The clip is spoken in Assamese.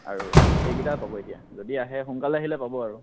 আৰু এইকেইটাই পাব এতিয়া যদি আহে সোনকালে আহিলে পাব আৰু